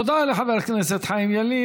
תודה לחבר הכנסת חיים ילין.